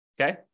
okay